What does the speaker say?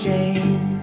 Jane